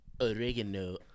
oregano